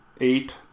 eight